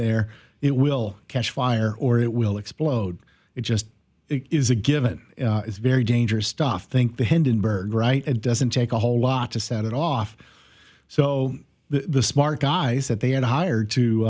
there it will catch fire or it will explode it just it is a given is very dangerous stuff think the end in berg right it doesn't take a whole lot to set it off so the smart guys that they had hired to